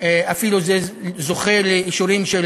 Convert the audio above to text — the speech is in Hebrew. אפילו זה זוכה לאישורים של